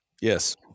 Yes